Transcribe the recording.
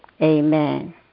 amen